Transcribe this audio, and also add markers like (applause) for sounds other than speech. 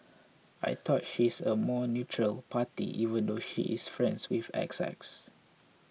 (noise) I thought she is a more neutral party even though she is friends (unintelligible) X X